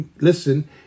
listen